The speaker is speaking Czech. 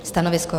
Stanovisko?